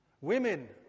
Women